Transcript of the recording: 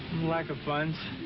lack of funds.